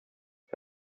jag